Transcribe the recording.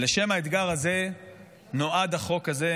לשם האתגר הזה נועד החוק הזה,